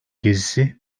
gezisi